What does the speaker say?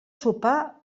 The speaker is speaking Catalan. sopar